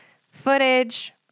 footage